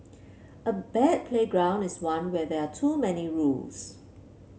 a bad playground is one where there are too many rules